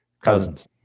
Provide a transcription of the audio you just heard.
Cousins